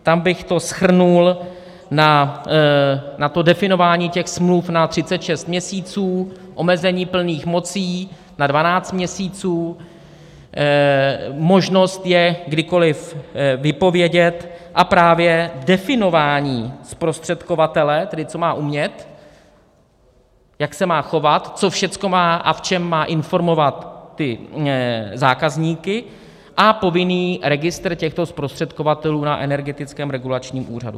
Tam bych to shrnul na definování smluv na 36 měsíců, omezení plných mocí na 12 měsíců, možnost je kdykoliv vypovědět, definování zprostředkovatele tedy co má umět, jak se má chovat, co všechno a v čem má informovat ty zákazníky a povinný registr těchto zprostředkovatelů na Energetickém regulačním úřadu.